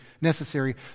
necessary